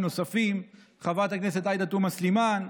נוספים: חברת הכנסת עאידה תומא סלימאן,